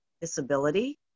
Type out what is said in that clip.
disability